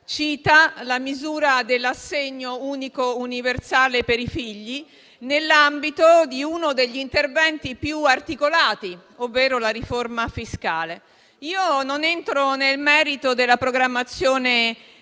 cita la misura dell'assegno unico universale per i figli nell'ambito di uno degli interventi più articolati, ovvero la riforma fiscale. Non entro nel merito della programmazione